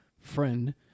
friend